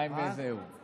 מה עם, זהו.